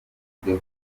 buryo